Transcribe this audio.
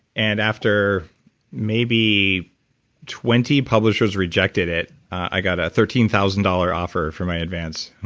and after maybe twenty publishers rejecting it, i got a thirteen thousand dollars offer for my advance.